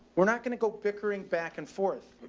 we're not going to go bickering back and forth.